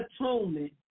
atonement